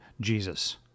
Jesus